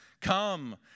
Come